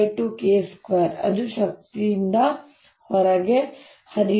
0ddt ಅದು ಶಕ್ತಿಯು ಹೊರಗೆ ಹರಿಯುತ್ತದೆ